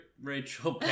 Rachel